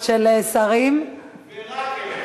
אני קשוב אליך, חבר הכנסת מוזס, ורק אליך.